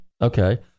Okay